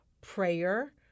prayer